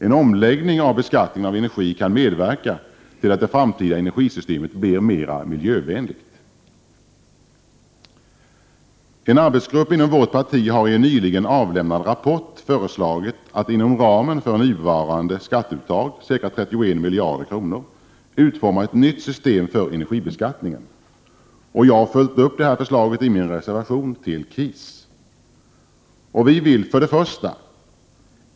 En omläggning av beskattningen av energi kan medverka till att det framtida energisystemet blir mera miljövänligt. En arbetsgrupp inom vårt parti har i en nyligen avlämnad rapport föreslagit att man inom ramen för nuvarande skatteuttag, ca 31 miljarder kronor, skall utforma ett nytt system för energibeskattningen. Jag har följt upp detta förslag i min reservation till KIS. Vi vill 1.